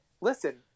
listen